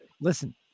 Listen